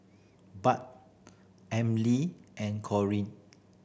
Bud Emilee and Corine